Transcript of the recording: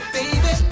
Baby